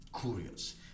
curious